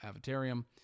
Avatarium